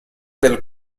del